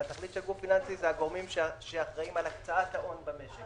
התכלית של גוף פיננסי זה הגורמים שאחראים על הקצאת ההון במשק.